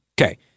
Okay